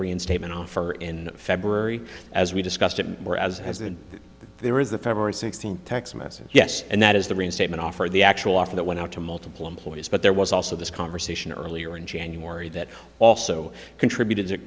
reinstatement offer in february as we discussed it more as it has that there is the february sixteenth text message yes and that is the reinstatement offer the actual offer that went out to multiple employees but there was also this conversation earlier in january that also contributed to